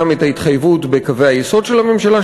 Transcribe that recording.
את ההתחייבות בקווי היסוד של הממשלה,